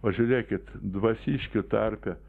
o žiūrėkit dvasiškių tarpe